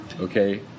okay